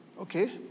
Okay